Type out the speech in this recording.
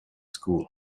school